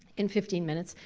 in fifteen minutes,